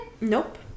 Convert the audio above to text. Nope